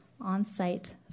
on-site